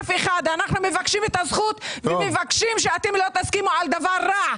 אחד, ומבקשים שלא תסכימו על דבר רע.